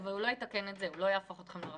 אבל הוא לא יתקן את זה, הוא לא יהפוך אתכם לרשות.